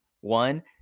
one